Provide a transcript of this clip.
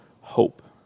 hope